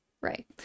Right